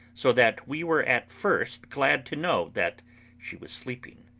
so that we were at first glad to know that she was sleeping.